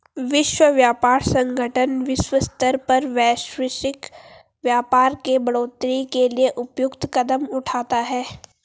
विश्व व्यापार संगठन विश्व स्तर पर वैश्विक व्यापार के बढ़ोतरी के लिए उपयुक्त कदम उठाता है